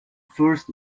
first